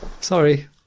sorry